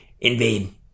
invade